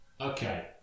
Okay